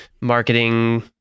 marketing